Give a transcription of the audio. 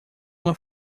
uma